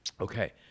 Okay